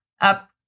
up